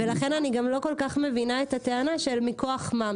ולכן אני לא כל כך מבינה את הטענה של מכוח מה.